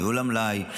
ניהול המלאי,